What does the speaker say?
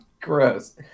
gross